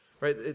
Right